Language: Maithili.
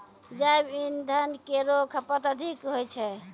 जैव इंधन केरो खपत अधिक होय छै